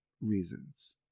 reasons